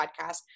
podcast